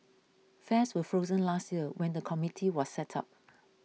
fares were frozen last year when the committee was set up